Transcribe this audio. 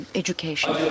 education